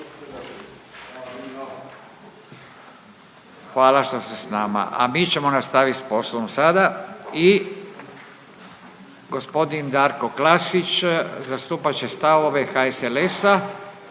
Hvala što ste sa nama, a mi ćemo nastaviti sa poslom sada. I gospodin Darko Klasić zastupat će stavove HSLS-a